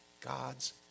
God's